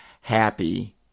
happy